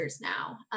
now